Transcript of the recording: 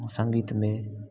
संगीत में